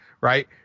Right